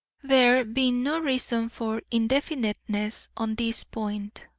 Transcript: there being no reason for indefiniteness on this point,